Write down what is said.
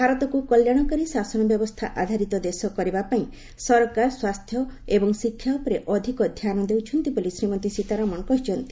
ଭାରତକୁ କଲ୍ୟାଣକାରୀ ଶାସନ ବ୍ୟବସ୍ଥା ଆଧାରିତ ଦେଶ କରିବା ପାଇଁ ସରକାର ସ୍ୱାସ୍ଥ୍ୟ ଏବଂ ଶିକ୍ଷା ଉପରେ ଅଧିକ ଧ୍ୟାନ ଦେଉଛନ୍ତି ବୋଲି ଶ୍ରୀମତୀ ସୀତାରମଣ କହିଛନ୍ତି